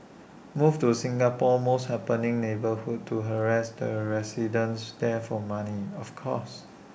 move to Singapore's most happening neighbourhood and harass the residents there for money of course